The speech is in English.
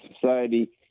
society